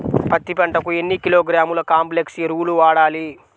పత్తి పంటకు ఎన్ని కిలోగ్రాముల కాంప్లెక్స్ ఎరువులు వాడాలి?